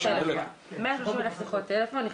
130,000 שיחות טלפון.